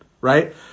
right